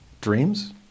dreams